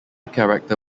character